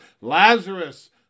Lazarus